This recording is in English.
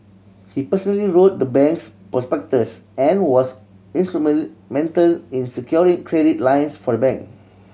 he personally wrote the bank's prospectus and was mental in securing credit lines for the bank